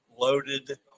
loaded